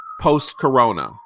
Post-Corona